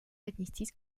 отнестись